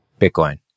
Bitcoin